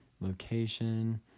location